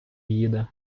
їде